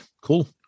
cool